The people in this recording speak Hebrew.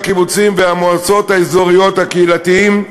על הקיבוצים והמועצות האזוריות הקהילתיות,